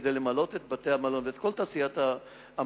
כדי למלא את בתי-המלון ואת כל תעשיית המלונאות,